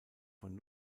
von